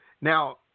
Now